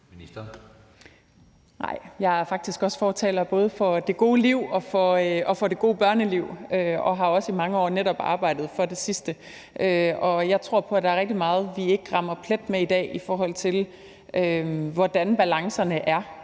Jeg er faktisk fortaler for både det gode liv og det gode børneliv og har også i mange år netop arbejdet for at fremme det sidste. Jeg tror på, at der er rigtig meget, vi ikke rammer plet med i dag, i forhold til hvordan balancerne er.